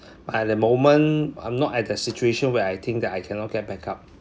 at the moment I'm not at the situation where I think that I cannot get back up